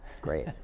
Great